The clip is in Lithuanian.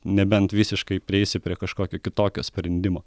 nebent visiškai prieisi prie kažkokio kitokio sprendimo